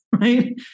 right